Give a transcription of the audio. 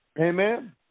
Amen